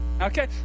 Okay